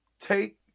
take